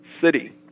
city